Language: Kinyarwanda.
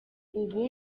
ubu